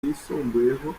byisumbuyeho